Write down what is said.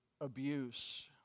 abuse